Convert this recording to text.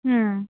ಹ್ಞೂ